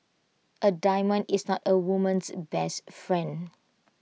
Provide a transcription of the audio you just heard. A diamond is not A woman's best friend